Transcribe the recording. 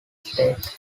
state